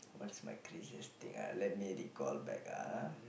what's my craziest thing ah let me recall back ah